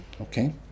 Okay